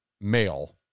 male